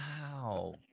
Wow